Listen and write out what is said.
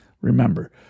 Remember